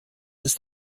ist